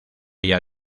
ella